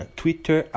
twitter